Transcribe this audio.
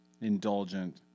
indulgent